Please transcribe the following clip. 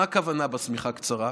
מה הכוונה בשמיכה קצרה?